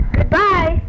Goodbye